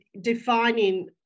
defining